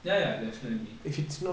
ya ya definitely